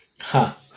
Ha